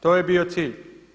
To je bio cilj?